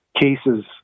cases